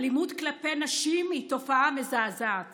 אלימות כלפי נשים היא תופעה מזעזעת